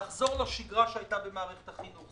נחזור לשגרה שהייתה במערכת החינוך.